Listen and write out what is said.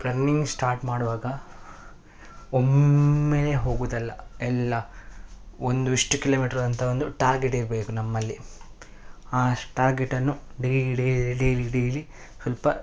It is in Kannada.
ರನ್ನಿಂಗ್ ಸ್ಟಾರ್ಟ್ ಮಾಡುವಾಗ ಒಮ್ಮೆಲೇ ಹೋಗೋದಲ್ಲ ಎಲ್ಲ ಒಂದು ಇಷ್ಟು ಕಿಲೋಮೀಟ್ರ್ ಅಂತ ಒಂದು ಟಾರ್ಗೆಟ್ ಇರಬೇಕು ನಮ್ಮಲ್ಲಿ ಆ ಶ್ಟಾರ್ಗೆಟನ್ನು ಡೈಲ್ ಡೈಲಿ ಡೇಲಿ ಡೇಲಿ ಸ್ವಲ್ಪ